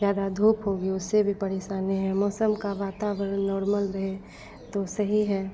ज़्यादा धूप होगी उससे भी परेशानी है मौसम का वातावरण नार्मल रहे तो सही है